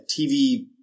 TV